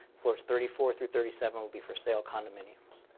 floors thirty four through thirty seven will be for sale condominiums.